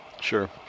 Sure